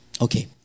Okay